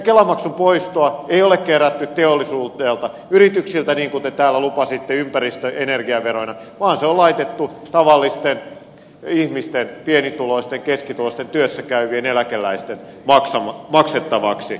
kelamaksun poistoa ei ole kerätty teollisuudelta ja yrityksiltä niin kuin te täällä lupasitte ympäristö ja energiaveroina vaan se on laitettu tavallisten ihmisten pienituloisten keskituloisten työssäkäyvien ja eläkeläisten maksettavaksi